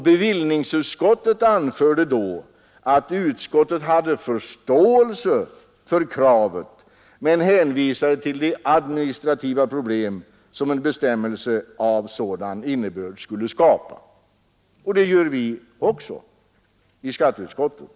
Bevillningsutskottet anförde då att utskottet hade förståelse för kravet, men hänvisade till de administrativa problem som en bestämmelse av sådan innebörd skulle skapa. Och det gör vi också i skatteutskottet.